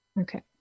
Okay